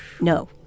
No